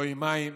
לא עם מים,